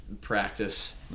practice